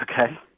okay